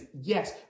Yes